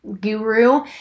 guru